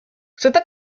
cette